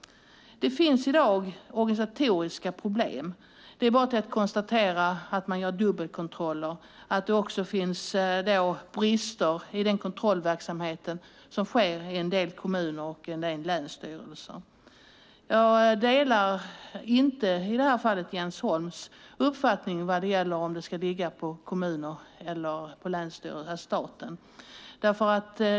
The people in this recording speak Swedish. Det finns i dag organisatoriska problem. Det är bara att konstatera att man gör dubbelkontroller och att det också finns brister i den kontrollverksamhet som sker i en del kommuner och länsstyrelser. Jag delar i det här fallet inte Jens Holms uppfattning när det gäller om det ska ligga på kommunerna eller staten.